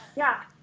yeah.